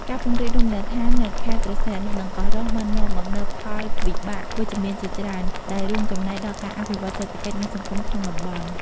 ការពង្រីករមណីយដ្ឋាននៅខេត្តព្រះសីហនុ និងកោះរ៉ុង បាននាំមកនូវផលវិបាកវិជ្ជមានជាច្រើន ដែលរួមចំណែកដល់ការអភិវឌ្ឍសេដ្ឋកិច្ច និងសង្គមក្នុងតំបន់។